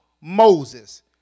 Moses